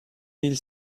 mille